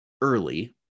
early